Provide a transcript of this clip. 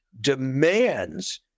demands